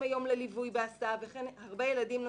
היום לליווי בהסעה וכן הרבה ילדים נוספים.